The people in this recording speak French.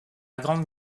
grande